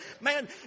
Man